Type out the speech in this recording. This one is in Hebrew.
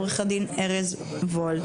עורך הדין ארז וול.